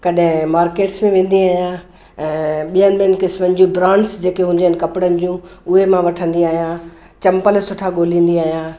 कॾहिं मार्केट्स में वेंदी आहियां ऐं ॿियनि ॿियनि किस्मन जूं ब्रांड्स जेके हूंदी आहिनि कपिड़नि जूं उहे मां वठंदी आहियां चंपल सुठा ॻोल्हींदी आहियां